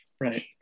Right